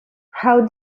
how